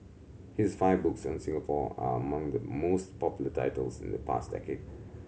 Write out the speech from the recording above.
his five books on Singapore are among the most popular titles in the past decade